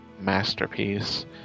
masterpiece